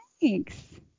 thanks